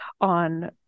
on